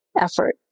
effort